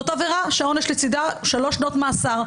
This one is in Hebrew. זאת עבירה שהעונש לצדה הוא שלוש שנות מאסר.